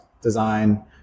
design